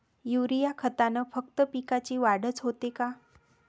Urea खतानं फक्त पिकाची वाढच होते का?